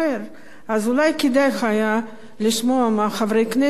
אז אולי כדאי היה לשמוע חברי כנסת אחרי